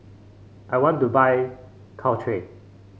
I want to buy Caltrate